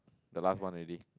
the last one already